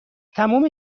تموم